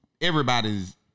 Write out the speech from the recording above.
everybody's